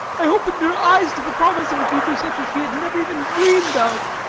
i opened her eyes to the promise of a future such as she had never even dreamed of.